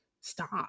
stop